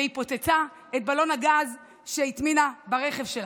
והיא פוצצה את בלון הגז שהטמינה ברכב שלה.